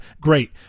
Great